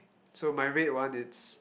so my red one is